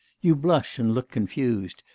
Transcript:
you blush and look confused,